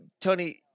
Tony